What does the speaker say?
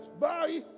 bye